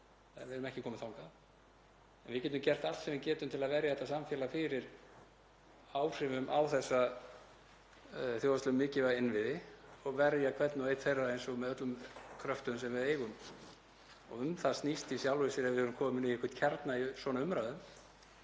og erum ekki komin þangað en við getum gert allt sem við getum til að verja þetta samfélag fyrir áhrifum á þessa þjóðhagslega mikilvægu innviði og verja hvern og einn þeirra með öllum kröftum sem við eigum. Um það snýst málið ef við erum komin í einhvern kjarna í svona umræðu.